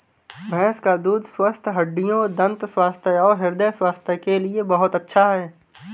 भैंस का दूध स्वस्थ हड्डियों, दंत स्वास्थ्य और हृदय स्वास्थ्य के लिए बहुत अच्छा है